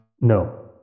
No